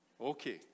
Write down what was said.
Okay